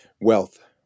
Wealth